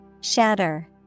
Shatter